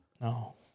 No